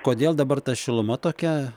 kodėl dabar ta šiluma tokia